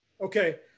Okay